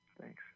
Thanks